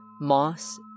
moss